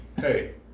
hey